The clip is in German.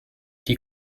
die